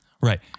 Right